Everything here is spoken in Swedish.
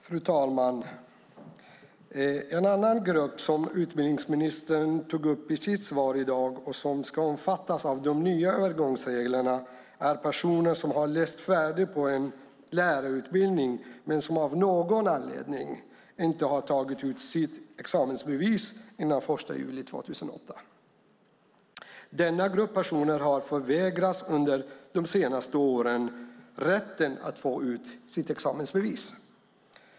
Fru talman! En annan grupp som utbildningsministern tog upp i sitt svar i dag och som ska omfattas av de nya övergångsreglerna är personer som har läst färdigt på en lärarutbildning men som av någon anledning inte har tagit ut sitt examensbevis före den 1 juli 2008. Denna grupp personer har under de senaste åren förvägrats rätten att få ut sitt examensbevis.